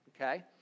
okay